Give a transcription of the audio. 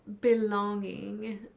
belonging